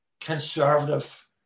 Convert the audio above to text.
conservative